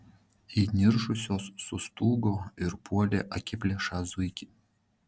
įniršusios sustūgo ir puolė akiplėšą zuikį